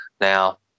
Now